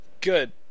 good